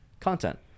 content